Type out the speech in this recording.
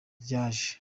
ryaje